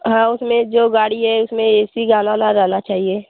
हाँ उसमें जो गाड़ी है उसमें ऐसी गाना ओना रहना चाहिए